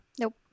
Nope